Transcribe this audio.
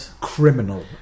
criminal